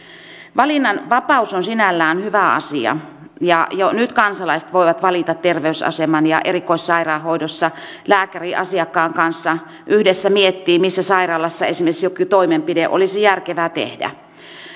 valinnanvapaus on sinällään hyvä asia ja jo nyt kansalaiset voivat valita terveysaseman ja erikoissairaanhoidossa lääkäri asiakkaan kanssa yhdessä miettii missä sairaalassa esimerkiksi jokin toimenpide olisi järkevää tehdä